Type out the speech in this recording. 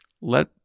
let